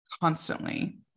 constantly